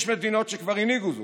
יש מדינות שכבר הנהיגו זאת,